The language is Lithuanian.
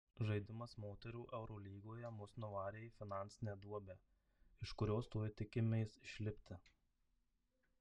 žaidimas moterų eurolygoje mus nuvarė į finansinę duobę iš kurios tuoj tikimės išlipti